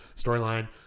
storyline